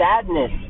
sadness